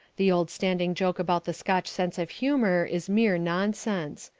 the old standing joke about the scotch sense of humour is mere nonsense.